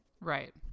Right